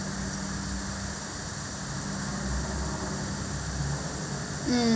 mm